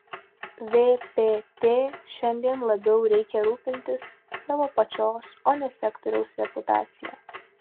vpt šiandien labiau reikia rūpintis savo pačios o ne sektoriaus reputacija